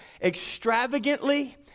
extravagantly